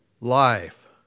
life